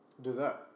Dessert